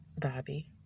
Bobby